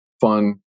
fun